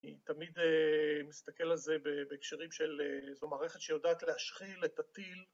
היא תמיד מסתכל על זה בהקשרים של איזו מערכת שיודעת להשחיל את הטיל